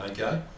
okay